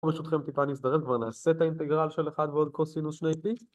אנחנו ברשותכם טיפה נזדרז, כבר נעשה את האינטגרל של 1 ועוד cosinus 2p